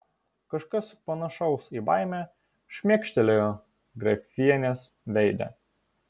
kažkas panašaus į baimę šmėkštelėjo grafienės veide